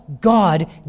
God